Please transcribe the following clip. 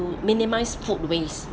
to minimise food waste